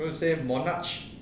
so you say monarch